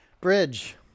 Bridge